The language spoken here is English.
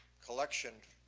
collection